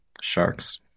sharks